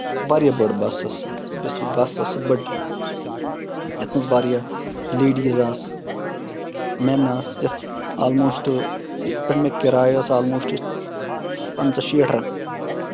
واریاہ بٔڑ بَس ٲسۍ اوبویسلی بَس ٲسۍ سۄ بٔڑ یَتھ منٛز واریاہ لیڈیٖز آسہٕ مٮ۪ن آسہٕ یَتھ آلموسٹ ییٚتہِ پٮ۪ٹھ مےٚ کِراے ٲسۍ آلموسٹ پنٛژھ شیٹھ رۄپیہِ